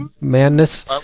madness